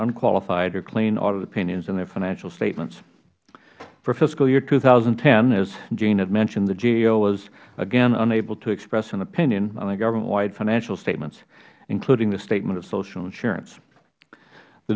unqualified or clean audit opinions on their financial statements for fiscal year two thousand and ten as gene had mentioned the gao was again unable to express an opinion on the government wide financial statements including the statement of social insurance the